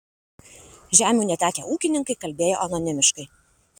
žemių netekę ūkininkai kalbėjo anonimiškai